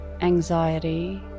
Anxiety